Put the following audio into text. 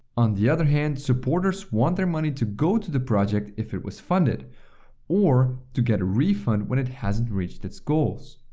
on the other hand, supporters want their money to go to the project if it was funded or to get a refund when it hasn't reached its goals.